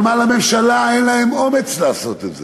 אבל מה, לממשלה אין אומץ לעשות את זה,